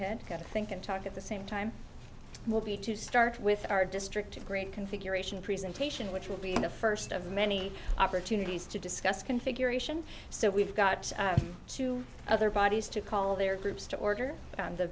ahead got to think and talk at the same time will be to start with our district a great configuration presentation which will be the first of many opportunities to discuss configuration so we've got two other bodies to call their groups to order the